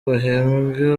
bahembwe